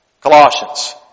Colossians